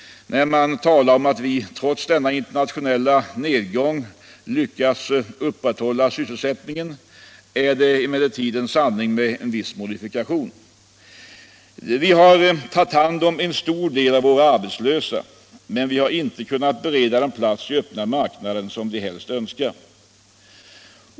När man talar om att vi trots denna internationella nedgång lyckats upprätthålla sysselsättningen är det emellertid en sanning med en viss modifikation. Vi har tagit hand om en stor del av våra arbetslösa, men vi har inte kunnat bereda dem plats i öppna marknaden, vilket de helst önskar.